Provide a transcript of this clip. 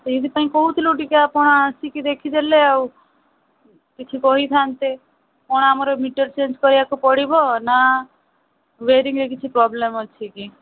ସେଇଥିପାଇଁ କହୁଥୁଲୁ ଟିକେ ଆପଣ ଆସିକି ଦେଖିଦେଲେ ଆଉ କିଛି କହିଥାନ୍ତେ କ'ଣ ଆମର ମିଟର୍ ଚେଞ୍ଜ୍ କରିବାକୁ ପଡ଼ିବ ନା ୱେରିଙ୍ଗ୍ରେ କିଛି ପ୍ରୋବ୍ଲେମ୍ ଅଛି କି